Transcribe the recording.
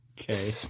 Okay